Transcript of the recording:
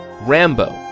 Rambo